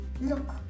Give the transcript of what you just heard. Look